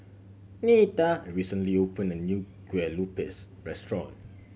Netta recently opened a new Kueh Lopes restaurant